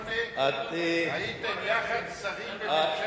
שב-2008 הייתם יחד שרים בממשלת אולמרט?